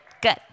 Good